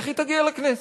איך היא תגיע לכנסת?